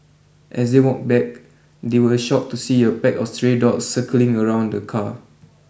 as they walked back they were shocked to see a pack of stray dogs circling around the car